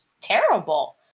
terrible